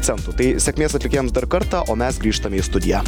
centų tai sėkmės atlikėjams dar kartą o mes grįžtame į studiją